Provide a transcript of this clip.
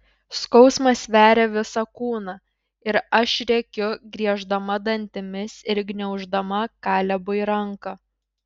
skausmas veria visą kūną ir aš rėkiu grieždama dantimis ir gniauždama kalebui ranką